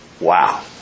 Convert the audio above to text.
Wow